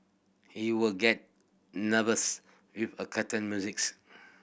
he would get nervous with a musics